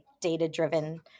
data-driven